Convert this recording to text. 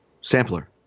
sampler